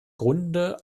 grunde